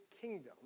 kingdom